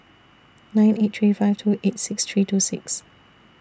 nine eight three five two eight six three two six